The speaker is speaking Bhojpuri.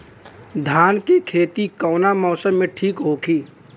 धान के खेती कौना मौसम में ठीक होकी?